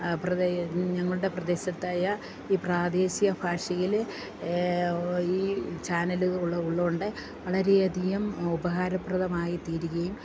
പ്രദേശം ഞങ്ങളുടെ പ്രദേശത്തായ ഈ പ്രാദേശിക ഭാഷയിൽ ഈ ചാനലു ഉള്ള കൊണ്ട് വളരെ അധികം ഉപകാരപ്രദമായി തീരുകയും